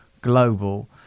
global